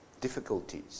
difficulties